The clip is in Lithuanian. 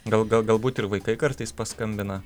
gal gal galbūt ir vaikai kartais paskambina